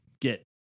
get